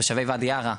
תושבי ואדי ערה.